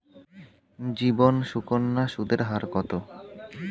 জীবন সুকন্যা সুদের হার কত?